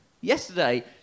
Yesterday